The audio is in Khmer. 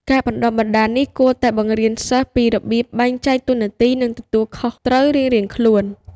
ការបណ្តុះបណ្តាលនេះគួរតែបង្រៀនសិស្សពីរបៀបបែងចែកតួនាទីនិងទទួលខុសត្រូវរៀងៗខ្លួន។